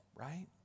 right